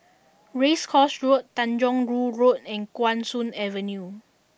Race Course Road Tanjong Rhu Road and Guan Soon Avenue